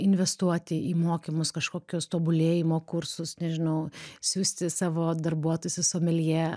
investuoti į mokymus kažkokius tobulėjimo kursus nežinau siųsti savo darbuotojus į someljė